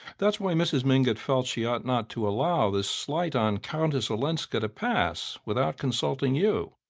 that's why mrs. mingott felt she ought not to allow this slight on countess olenska to pass without consulting you.